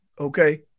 Okay